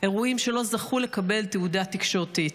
אירועים שלא זכו לקבל תהודה תקשורתית.